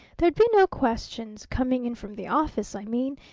there'd be no questions coming in from the office, i mean,